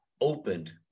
opened